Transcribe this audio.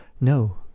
no